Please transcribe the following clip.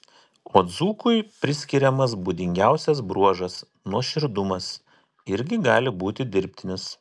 o dzūkui priskiriamas būdingiausias bruožas nuoširdumas irgi gali būti dirbtinis